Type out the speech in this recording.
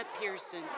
Pearson